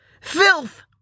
Filth